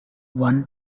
one